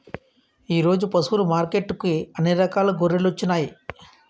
ఈరోజు పశువులు మార్కెట్టుకి అన్ని రకాల గొర్రెలొచ్చినాయ్